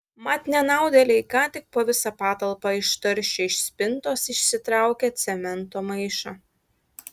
mat nenaudėliai ką tik po visą patalpą ištaršė iš spintos išsitraukę cemento maišą